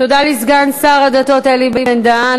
תודה לסגן השר לשירותי דת אלי בן-דהן.